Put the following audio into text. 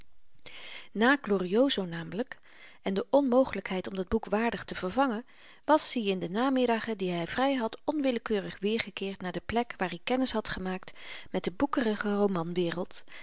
glorioso namelyk en de onmogelykheid om dat boek waardig te vervangen was-i in de namiddagen die hy vry had onwillekeurig weergekeerd naar de plek waar i kennis had gemaakt met de boekerige romanwereld